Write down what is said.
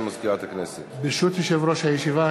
ברשות יושב-ראש הישיבה,